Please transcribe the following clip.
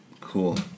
Cool